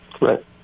Right